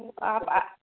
आप